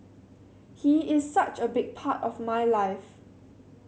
he is such a big part of my life